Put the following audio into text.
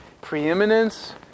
preeminence